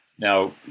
Now